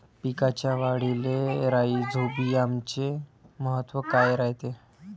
पिकाच्या वाढीले राईझोबीआमचे महत्व काय रायते?